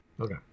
Okay